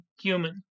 human